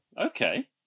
Okay